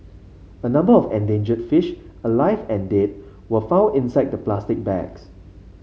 a number of endangered fish alive and dead were found inside the plastic bags